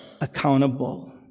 accountable